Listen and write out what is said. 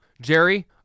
Jerry